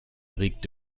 regt